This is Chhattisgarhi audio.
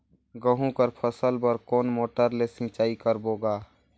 गहूं कर फसल बर कोन मोटर ले सिंचाई करबो गा?